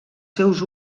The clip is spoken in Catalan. seus